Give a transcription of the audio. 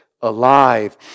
alive